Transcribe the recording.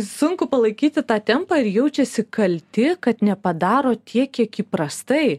sunku palaikyti tą tempą ir jaučiasi kalti kad nepadaro tiek kiek įprastai